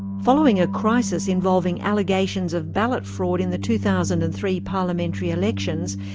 following a crisis involving allegations of ballot fraud in the two thousand and three parliamentary elections,